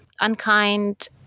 unkind